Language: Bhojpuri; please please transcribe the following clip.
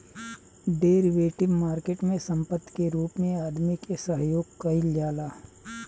डेरिवेटिव मार्केट में संपत्ति के रूप में आदमी के सहयोग कईल जाला